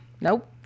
Nope